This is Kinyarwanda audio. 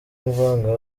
ivanka